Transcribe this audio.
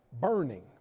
burning